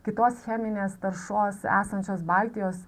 kitos cheminės taršos esančios baltijos